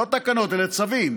לא תקנות, אלא צווים.